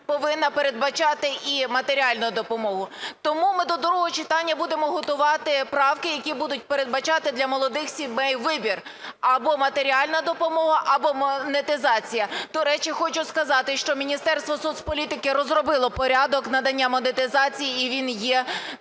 повинна передбачати і матеріальну допомогу. Тому ми до другого читання будемо готувати правки, які будуть передбачати для молодих сімей вибір: або матеріальна допомога, або монетизація. До речі, хочу сказати, що Міністерство соцполітики розробило порядок надання монетизації і він є